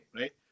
right